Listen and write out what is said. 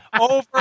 Over